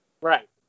Right